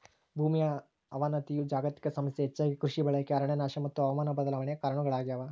ಭೂಮಿಯ ಅವನತಿಯು ಜಾಗತಿಕ ಸಮಸ್ಯೆ ಹೆಚ್ಚಾಗಿ ಕೃಷಿ ಬಳಕೆ ಅರಣ್ಯನಾಶ ಮತ್ತು ಹವಾಮಾನ ಬದಲಾವಣೆ ಕಾರಣಗುಳಾಗ್ಯವ